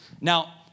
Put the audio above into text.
now